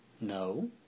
No